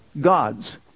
God's